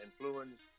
influence